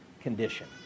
condition